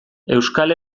euskal